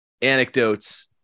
anecdotes